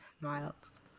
Miles